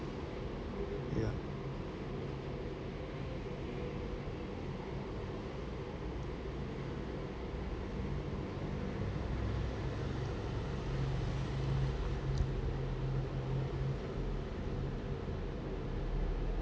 ya